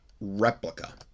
replica